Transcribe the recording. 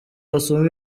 basoma